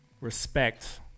respect